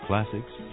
Classics